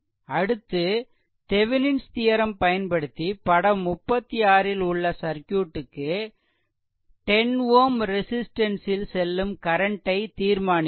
அடுத்து Thevenin's theorem theorem பயன்படுத்தி படம் 36 ல் உள்ள சர்க்யூட் க்கு 10 Ω ரெசிஸ்ட்டன்ஸ் ல் செல்லும் கரண்ட் ஐ தீர்மானிக்கவும்